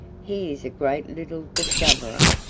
he is a great little discoverer.